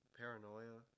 paranoia